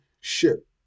ship